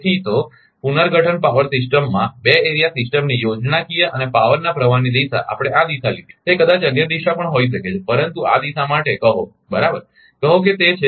તેથી તો પુનર્ગઠન પાવર સિસ્ટમમાં 2 એરિયા સિસ્ટમની યોજનાકીય અને પાવરના પ્રવાહની દિશા આપણે આ દિશા લીધી છે તે કદાચ અન્ય દિશા પણ હોઈ શકે છે પરંતુ આ દિશા માટે કહો બરાબર કહો કે તે છે